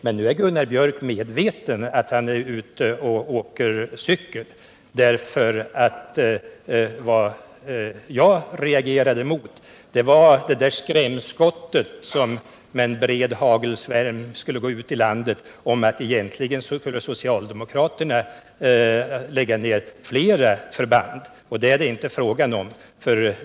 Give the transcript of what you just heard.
Men nu är Gunnar Björk medveten om att han är ute och åker cykel. Vad jag reagerade mot var det där skrämskottet som liksom en bred hagelsvärm skulle gå ut i landet, att socialdemokraterna egentligen vill lägga ned flera förband. Det är det inte fråga om.